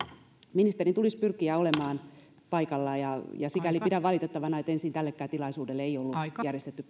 ministerin tulisi pyrkiä olemaan paikalla ja ja sikäli pidän valitettavana että ensin tällekään tilaisuudelle ei ollut järjestetty